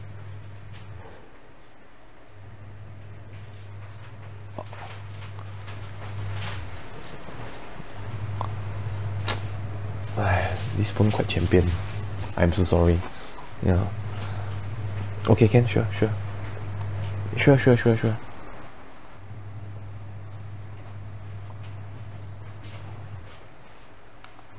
!hais! this phone quite champion I'm so sorry ya okay can sure sure sure sure sure sure